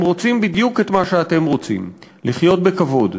הם רוצים בדיוק את מה שאתם רוצים, לחיות בכבוד,